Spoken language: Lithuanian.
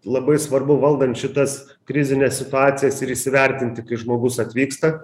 labai svarbu valdant šitas krizines situacijas ir įsivertinti kai žmogus atvyksta